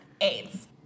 AIDS